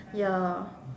ya